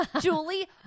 Julie